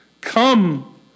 Come